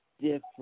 different